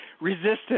resistance